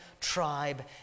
tribe